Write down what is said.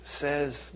says